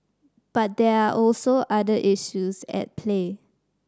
but there are also other issues at play